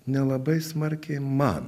nelabai smarkiai man